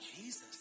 Jesus